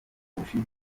ubushize